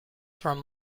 from